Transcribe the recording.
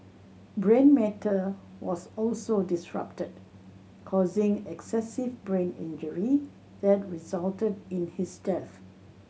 brain matter was also disrupted causing excessive brain injury that resulted in his death